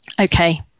Okay